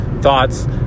thoughts